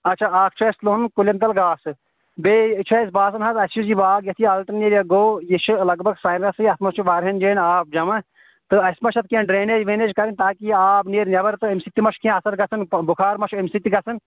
اچھا اکھ چھُ اَسہِ لونُن کُلٮ۪ن تَل گاسہٕ بیٚیہِ چھُ اَسہِ باسان حظ اَسہِ چھُ یہِ باغ یَتھ یہِ آلٹرنیریا گوٚو یہِ چھُ لگ بگ ساینسی اتھ منٛز چھُ واریاہن جاین آب جمع تہٕ اَسہِ ما چھِ اتھ ڈرینیج وینیج کَرٕنۍ تاکہِ یہِ آب نیرِ نیبَرتہٕ امہِ سۭتۍ تہِ ما چھُ کینہہ اثر گژھان بُخار تہِ ما چھُ امہِ سۭتۍ تہِ گَژھان